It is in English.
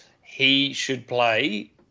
he-should-play